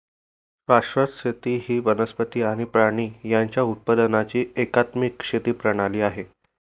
शाश्वत शेती ही वनस्पती आणि प्राणी यांच्या उत्पादनाची एकात्मिक शेती प्रणाली आहे